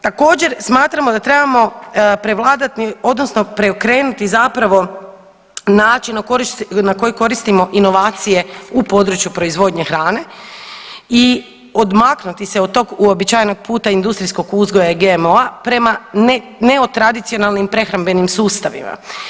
Također, smatramo da trebamo prevladati odnosno preokrenuti zapravo način na koji koristimo inovacije u području proizvodnje hrane i odmaknuti se od tog uobičajenog puta industrijskog uzgoja i GMO-a prema neotradicionalnim prehrambenim sustavima.